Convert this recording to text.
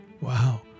Wow